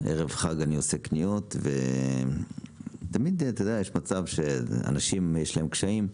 ערב חג אני עושה קניות ותמיד אתה יודע יש מצב שאנשים יש להם קשיים,